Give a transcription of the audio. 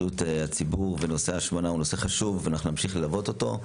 בריאות הציבור ונושא ההשמנה הוא נושא חשוב ואנחנו נמשיך ללוות אותו.